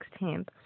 16th